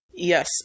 Yes